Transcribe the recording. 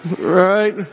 right